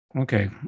Okay